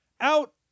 out